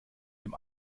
dem